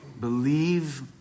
Believe